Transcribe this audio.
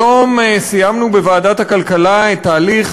היום סיימנו בוועדת הכלכלה את תהליך